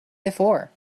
before